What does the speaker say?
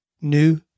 new